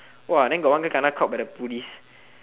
!wah! then got one girl kena caught by the police